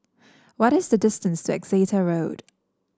what is the distance to Exeter Road